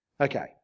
Okay